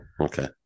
okay